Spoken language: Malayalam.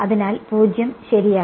അതിനാൽ 0 ശരിയാണ്